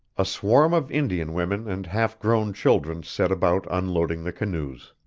a swarm of indian women and half-grown children set about unloading the canoes.